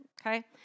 okay